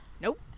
Nope